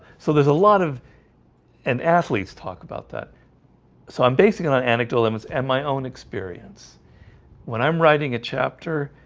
so there's a lot of and athletes talk about that so i'm basing it on anecdotal emmons and my own experience when i'm writing a chapter,